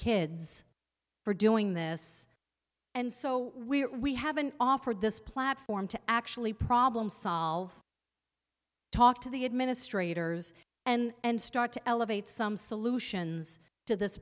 kids for doing this and so we're we haven't offered this platform to actually problem solved talk to the administrators and start to elevate some solutions to this